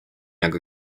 aga